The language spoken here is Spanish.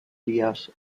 días